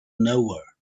nowhere